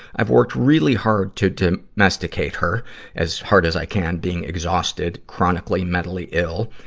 i've worked really hard to to domesticate her as hard as i can, being exhausted, chronically, mentally ill.